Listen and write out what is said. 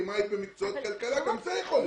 אקדמאית במקצועות כלכלה גם זה יכול להיות.